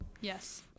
Yes